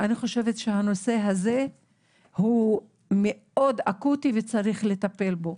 אני חושבת שהנושא הזה הוא מאוד אקוטי וצריך לטפל בו.